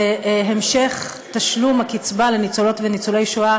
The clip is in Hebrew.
להמשך תשלום הקצבה לניצולות וניצולי השואה